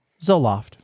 Zoloft